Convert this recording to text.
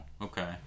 okay